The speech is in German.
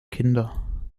kinder